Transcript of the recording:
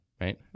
Right